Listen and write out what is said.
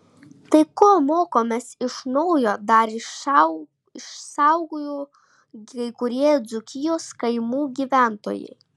tai ko mokomės iš naujo dar išsaugojo kai kurie dzūkijos kaimų gyventojai